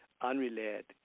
unrelated